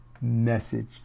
message